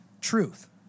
truth